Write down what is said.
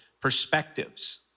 perspectives